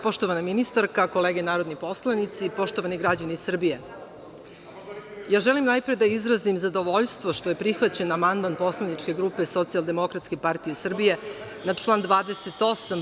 Poštovana ministarka, kolege narodni poslanici, poštovani građani Srbije, želim najpre da izrazim zadovoljstvo što je prihvaćen amandman poslaničke grupe SDPS na član 28.